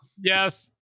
Yes